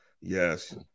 Yes